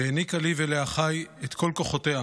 והעניקה לי ולאחיי את כל כוחותיה.